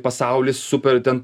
pasaulis super ten